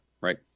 right